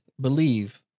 believe